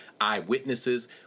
eyewitnesses